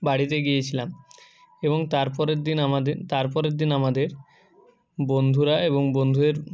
বাড়িতে গিয়েছিলাম এবং তারপরের দিন আমাদের তারপরের দিন আমাদের বন্ধুরা এবং বন্ধুদের